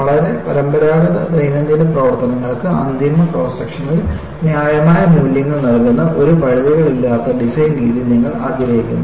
വളരെ പരമ്പരാഗത ദൈനംദിന പ്രവർത്തനങ്ങൾക്ക് അന്തിമ ക്രോസ് സെക്ഷനിൽ ന്യായമായ മൂല്യങ്ങൾ നൽകുന്ന ഒരു പഴുതുകളില്ലാത്ത ഡിസൈൻ രീതി നിങ്ങൾ ആഗ്രഹിക്കുന്നു